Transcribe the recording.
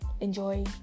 enjoy